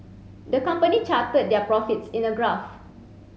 the company charted their profits in a graph